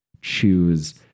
choose